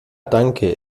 danke